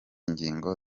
ngingo